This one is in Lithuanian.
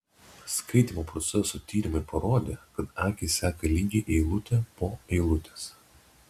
skaitymo proceso tyrimai parodė kad akys seka lygiai eilutę po eilutės